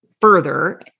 further